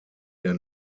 der